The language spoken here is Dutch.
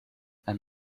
een